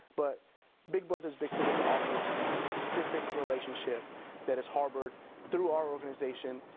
but big brothers big sisters offers a specific relationship that is harbored through our organization